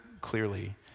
clearly